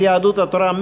של יהדות התורה,